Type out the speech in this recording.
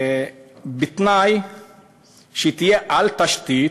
בתנאי שהיא תהיה על תשתית,